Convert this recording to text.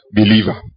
believer